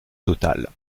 total